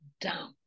down